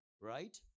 right